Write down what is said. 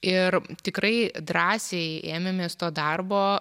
ir tikrai drąsiai ėmėmės to darbo